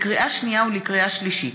לקריאה שנייה ולקריאה שלישית: